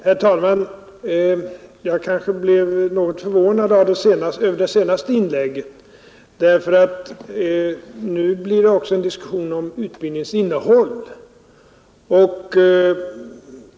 Herr talman! Jag blev kanske något förvånad över det senaste inlägget, därför att nu blir det också en diskussion om utbild ningens innehåll.